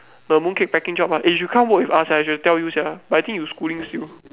the mooncake packing job ah eh you should come work with us sia we should tell you sia but I think you schooling still